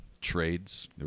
trades